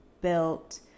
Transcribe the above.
built